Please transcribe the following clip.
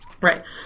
Right